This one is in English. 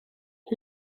who